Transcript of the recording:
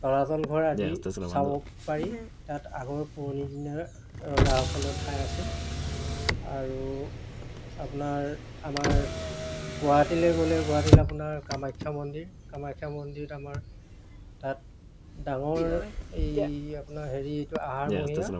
তলাতল ঘৰ আদি চাব পাৰি তাত আগৰ পুৰণি দিনৰ ৰজাসকলৰ ঠাই আছিল আৰু আপোনাৰ আমাৰ গুৱাহাটীলৈ গ'লে গুৱাহাটীলৈ আপোনাৰ কামাখ্যা মন্দিৰ কামাখ্যা মন্দিৰত আমাৰ তাত ডাঙৰ এই আপোনাৰ হেৰি এইটো আহাৰমহীয়া